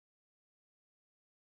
ya lor Joey